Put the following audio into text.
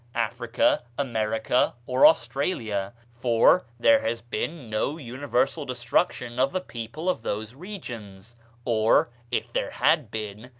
africa, america, or australia, for there has been no universal destruction of the people of those regions or, if there had been,